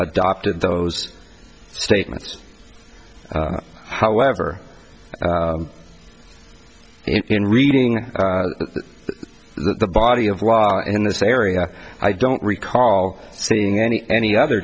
adopted those statements however in reading the body of law in this area i don't recall seeing any any other